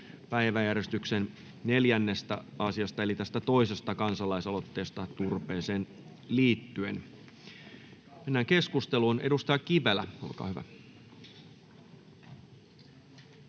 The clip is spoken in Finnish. päiväjärjestyksen 4. asiasta eli tästä toisesta kansalaisaloitteesta turpeeseen liittyen. — Mennään keskusteluun. Edustaja Kivelä, olkaa hyvä.